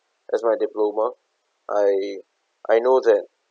as my diploma I I know that